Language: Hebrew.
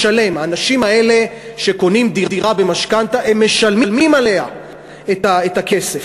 האנשים האלה שקונים דירה במשכנתה משלמים עליה את הכסף.